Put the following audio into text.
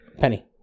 Penny